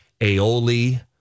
aioli